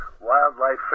wildlife